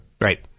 Right